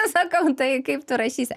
sakau tai kaip tu rašysi